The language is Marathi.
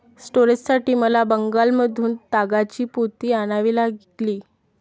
स्टोरेजसाठी मला बंगालमधून तागाची पोती आणावी लागली